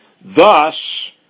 Thus